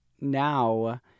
now